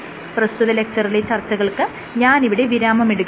പ്രസ്തുത ലെക്ച്ചറിലെ ചർച്ചകൾക്ക് ഞാൻ ഇവിടെ വിരാമമിടുകയാണ്